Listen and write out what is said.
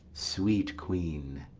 sweet queen!